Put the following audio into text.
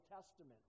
Testament